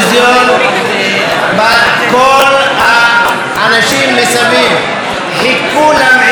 כל האנשים מסביב חיכו למעידה,